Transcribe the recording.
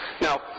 Now